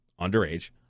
underage